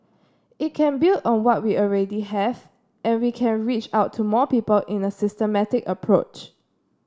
it can build on what we already have and we can reach out to more people in a systematic approach